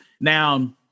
now